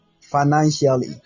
financially